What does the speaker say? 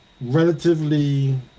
relatively